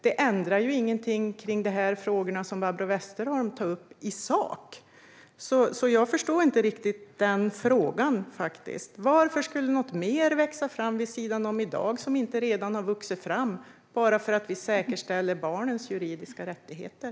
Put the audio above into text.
Det förändrar ingenting i sak i frågorna som Barbro Westerholm tar upp, så jag förstår faktiskt inte riktigt den frågan. Varför skulle något mer växa fram vid sidan om som inte redan har vuxit fram, bara för att vi säkerställer barnens juridiska rättigheter?